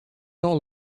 all